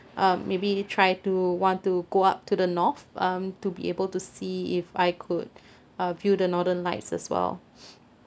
um maybe try to want to go up to the north um to be able to see if I could uh view the northern lights as well